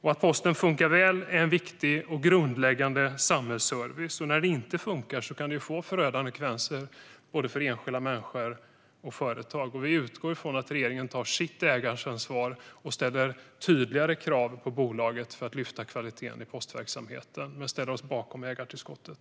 Att posten funkar väl är en viktig och grundläggande samhällsservice. När den inte funkar kan det få förödande konsekvenser för både enskilda människor och företag. Vi utgår ifrån att regeringen tar sitt ägaransvar och ställer tydligare krav på bolaget för att höja kvaliteten i postverksamheten, men vi ställer oss bakom ägartillskottet.